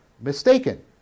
mistaken